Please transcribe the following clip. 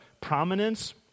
prominence